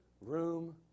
room